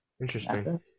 Interesting